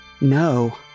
No